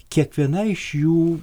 kiekviena iš jų